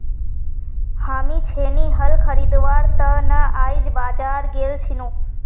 हामी छेनी हल खरीदवार त न आइज बाजार गेल छिनु